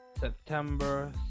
September